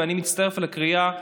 ואני מצטרף לקריאה,